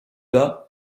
bas